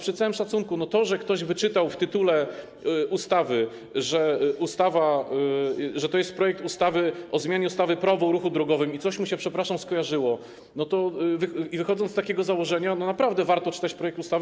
Przy całym szacunku to, że ktoś wyczytał w tytule ustawy, że to jest projekt ustawy o zmianie ustawy - Prawo o ruchu drogowym, i coś mu się, przepraszam, skojarzyło, no to wychodząc z takiego założenia, naprawdę warto czytać projekt ustawy.